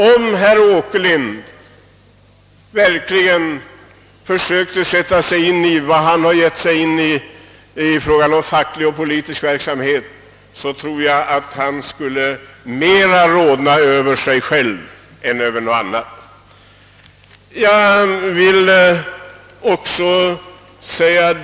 Om herr Åkerlind verkligen försökte sätta sig in i facklig och politisk verksamhet — ett område som han nu gett sig i kast med — tror jag att han skulle ha anledning att mera rodna över sig själv än över någonting annat.